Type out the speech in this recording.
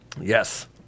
Yes